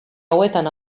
hauetan